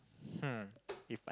hmm if I